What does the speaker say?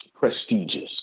prestigious